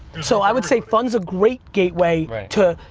and so i would say fun's a great gateway to,